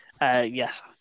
Yes